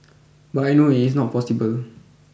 but I know it is not possible